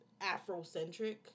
Afrocentric